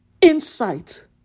insight